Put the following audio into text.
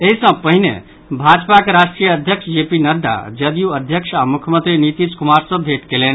एहि सँ पहिने भाजपाक राष्ट्रीय अध्यक्ष जेपी नड्डा जदयू अध्यक्ष आ मुख्यमंत्री नीतीश कुमार सँ भेंट कयलनि